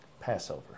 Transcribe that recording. Passover